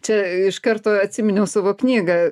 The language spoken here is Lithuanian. čia iš karto atsiminiau savo knygą